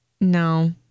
No